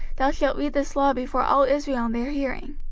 thou shalt read this law before all israel in their hearing.